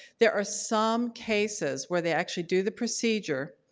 there are some cases where they actually do the procedure.